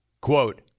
quote